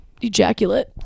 ejaculate